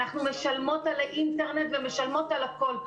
אנחנו משלמות על האינטרנט ועל הכל.